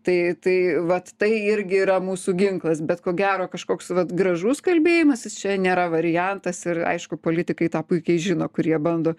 tai tai vat tai irgi yra mūsų ginklas bet ko gero kažkoks vat gražus kalbėjimasis čia nėra variantas ir aišku politikai tą puikiai žino kurie bando